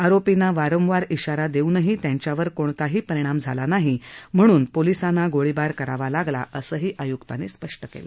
आरोपींना वारंवार धिंगरा देऊनही त्यांच्यावर कोणताही परिणाम झाला नाही म्हणून पोलिसांना गोळीबार करावा लागला असंही आयुक्तांनी सांगितलं